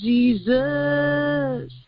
Jesus